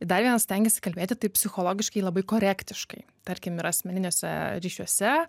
dar vienas stengiesi kalbėti taip psichologiškai labai korektiškai tarkim ir asmeniniuose ryšiuose